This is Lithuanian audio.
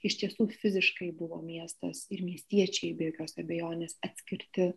iš tiesų fiziškai buvo miestas ir miestiečiai be jokios abejonės atskirti